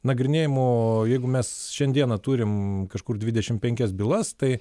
nagrinėjimų jeigu mes šiandieną turim kažkur dvidešim penkias bylas tai